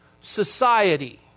society